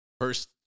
first